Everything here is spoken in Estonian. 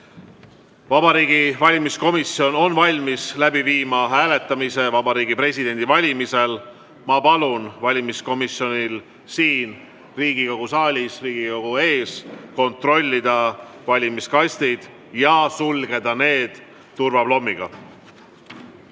Vabariigi Valimiskomisjon on valmis läbi viima hääletamise Vabariigi Presidendi valimisel. Ma palun valimiskomisjonil siin, Riigikogu saalis, Riigikogu ees kontrollida valimiskastid ja sulgeda need